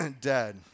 dead